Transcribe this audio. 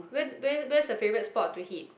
where where where's the favorite spot to hit